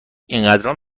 انقدرام